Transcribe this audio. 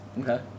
Okay